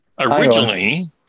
originally